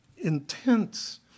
Intense